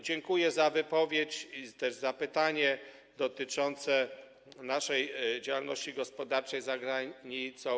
Dziękuję za wypowiedź, też za pytanie dotyczące naszej działalności gospodarczej za granicą.